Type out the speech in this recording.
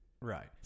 Right